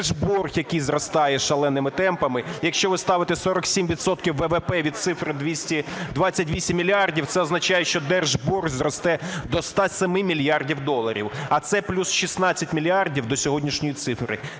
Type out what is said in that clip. Держборг, який зростає шаленими темпами. Якщо ви ставите 47 відсотків ВВП від цифри 228 мільярдів, це означає, що держборг зросте до 107 мільярдів доларів, а це плюс 16 мільярдів до сьогоднішньої цифри.